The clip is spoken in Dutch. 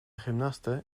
gymnaste